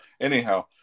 Anyhow